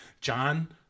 John